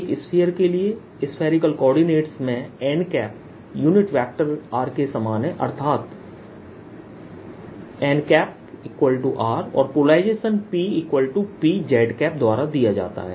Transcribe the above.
एक स्फीयर के लिए स्फेरिकल कोऑर्डिनेट में n यूनिट वेक्टर r के समान है अर्थात nr और पोलराइजेशन PPz द्वारा दिया जाता है